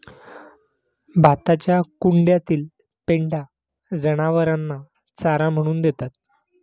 भाताच्या कुंड्यातील पेंढा जनावरांना चारा म्हणून देतात